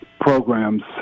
programs